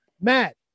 matt